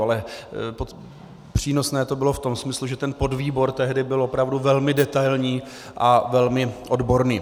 Ale přínosné to bylo v tom smyslu, že ten podvýbor tehdy byl opravdu velmi detailní a velmi odborný.